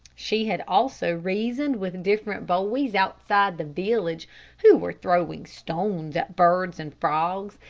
she had also reasoned with different boys outside the village who were throwing stones at birds and frogs,